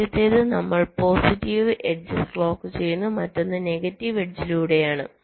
ആദ്യത്തേത് നമ്മൾ പോസിറ്റീവ് എഡ്ജിൽ ക്ലോക്ക് ചെയ്യുന്നു മറ്റൊന്ന് നെഗറ്റീവ് എഡ്ജിലൂടെയാണ്